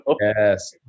Yes